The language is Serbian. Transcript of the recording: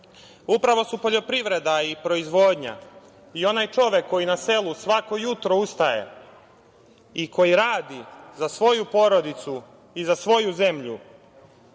su poljoprivreda i proizvodnja i onaj čovek koji na selu svako jutro ustaje i koji radi za svoju porodicu i za svoju zemlju,